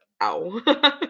ow